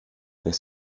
det